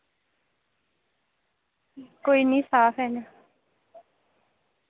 कोई नी साफ हैन